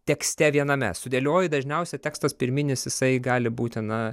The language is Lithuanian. tekste viename sudėlioji dažniausia tekstas pirminis jisai gali būti na